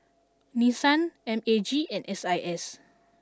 Nissan M A G and S I S